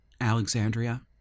Alexandria